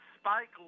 Spike